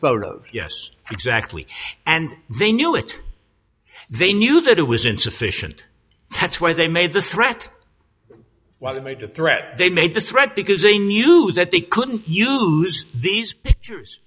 photo of yes exactly and they knew it they knew that it was insufficient that's why they made the threat why they made a threat they made the threat because they knew that they couldn't use these pictures